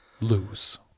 lose